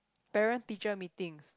parent teacher Meetings